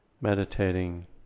meditating